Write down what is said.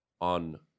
on